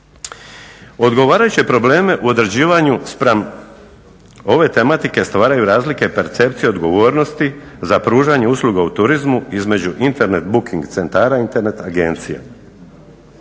Odgovarajuće probleme u određivanju spram ove tematike stvaraju razlike percepcije odgovornosti za pružanje usluga u turizmu između internet booking centara i internet agencija.